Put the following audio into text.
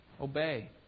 Obey